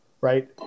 right